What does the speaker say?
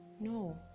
No